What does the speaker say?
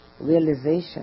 realization